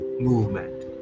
movement